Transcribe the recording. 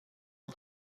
این